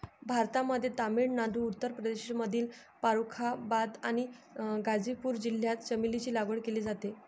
भारतामध्ये तामिळनाडू, उत्तर प्रदेशमधील फारुखाबाद आणि गाझीपूर जिल्ह्यात चमेलीची लागवड केली जाते